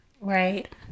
Right